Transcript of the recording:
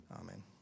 amen